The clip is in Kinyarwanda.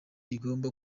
igomba